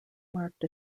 marked